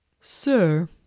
Sir